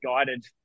guided